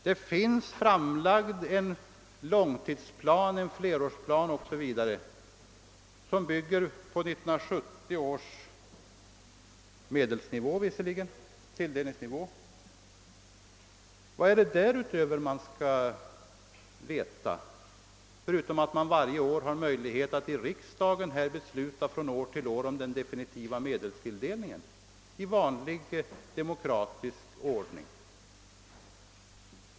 Det finns framlagd en flerårsplan som bygger på 1970 års tilldelningsnivå. Vad är det därutöver man skall veta förutom att man har möjlighet att i riksdagen från år till år besluta om den definitiva medelstilldelningen i vanlig demokratisk ordning?